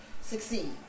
succeed